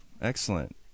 Excellent